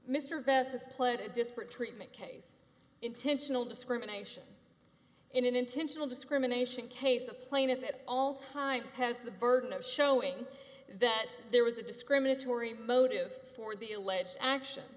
treatment case intentional discrimination in an intentional discrimination case the plaintiff it all times has the burden of showing that there was a discriminatory motive for the alleged action